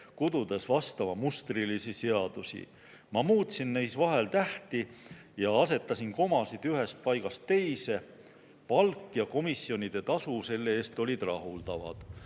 kududes vastavamustrilisi seadusi. Ma muutsin neis vahel tähti ja asetasin komasid ühest paigast teise. Palk ja komisjonide tasu selle eest olid rahuldavad."